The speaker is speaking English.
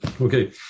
Okay